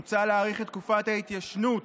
מוצע להאריך את תקופת ההתיישנות